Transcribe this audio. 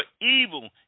evil